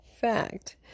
fact